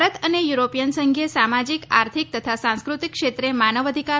ભારત અને યુરોપીયન સંઘે સામાજિક આર્થિક તથા સાંસ્કૃતિક ક્ષેત્રે માનવ અધિકાર